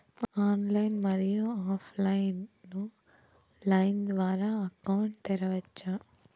Online, మరియు off line line ద్వారా account తెరవచ్చా?